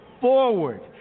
forward